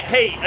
Hey